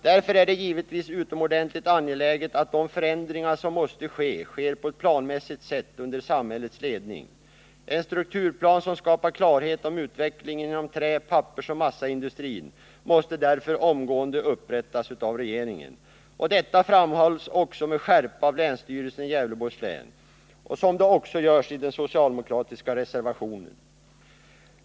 Därför är det givetvis utomordentligt angeläget att de förändringar som måste ske sker på ett planmässigt sätt under samhällets ledning. En strukturplan som skapar klarhet om utvecklingen inom trä-, pappersoch massaindustrin måste därför omgående upprättas av regeringen. Detta framhålles också med skärpa av länsstyrelsen i Gävleborgs län och även i den socialdemokratiska reservationen.